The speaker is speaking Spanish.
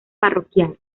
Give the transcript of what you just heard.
parroquial